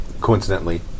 coincidentally